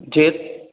ਜੇ